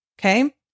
Okay